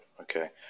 okay